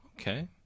Okay